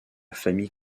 famille